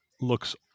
looks